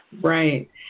Right